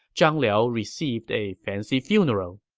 zhang liao received a fancy funeral